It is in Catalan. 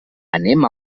anem